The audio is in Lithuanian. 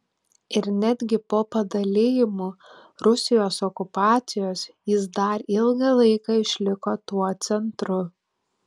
ir netgi po padalijimų rusijos okupacijos jis dar ilgą laiką išliko tuo centru